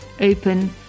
open